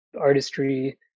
artistry